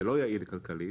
זה לא יעיל כלכלית.